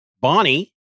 Bonnie